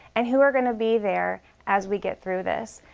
and who are going to be there as we get through this.